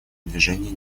движения